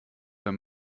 wenn